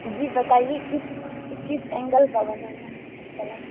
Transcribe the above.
جی بتائیے کس کس اینگل کا بنانا ہے پلنگ